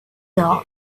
down